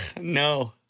No